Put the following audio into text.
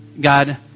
God